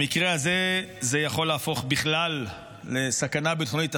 במקרה הזה, זה יכול להפוך בכלל לסכנה ביטחונית.